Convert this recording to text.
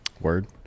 Word